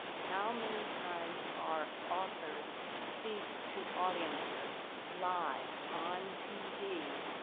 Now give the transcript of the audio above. how many times our authors speak to audiences live, on tv,